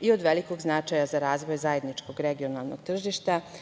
i od velikog je značaja za razvoj zajedničkog regionalnog tržišta. Da